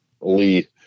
Lee